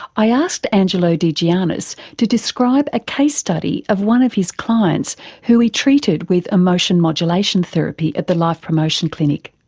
i asked angelo de gioannis to describe a case study of one of his clients who he treated with emotion modulation therapy at the life promotion clinic.